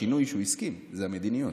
השינוי שהוא הסכים לו זה במדיניות,